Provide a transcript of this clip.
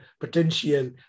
potential